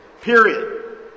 Period